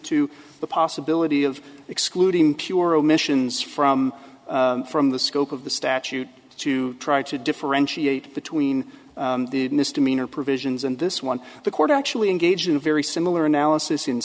to the possibility of excluding pure omissions from from the scope of the statute to try to differentiate between the misdemeanor provisions and this one the court actually engaged in a very similar analysis in